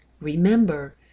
Remember